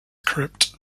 crypt